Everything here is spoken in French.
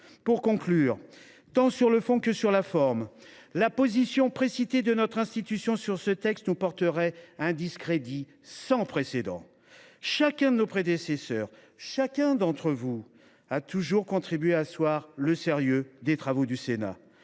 Pour conclure, tant sur le fond que sur la forme, la position précipitée de notre assemblée sur ce texte nous porterait un discrédit sans précédent. Mes chers collègues, chacun de nos prédécesseurs, chacun d’entre vous a contribué à asseoir le sérieux des travaux du Sénat.